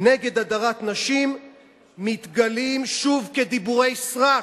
נגד הדרת נשים מתגלים שוב כדיבורי סרק,